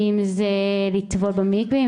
אם זה לטבול במקווה,